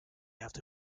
after